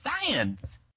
Science